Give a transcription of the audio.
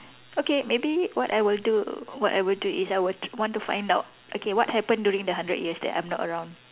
okay maybe what I will do what I will do is I w~ want to find out okay what happened during the hundred years that I'm not around